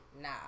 nah